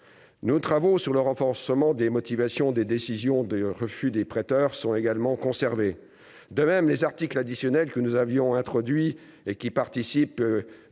nos travaux sur le renforcement des motivations des décisions de refus des prêteurs sont également conservés de même les articles additionnels que nous avions introduit et qui participent